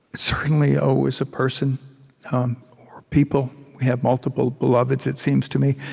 certainly always a person or people. we have multiple beloveds, it seems to me.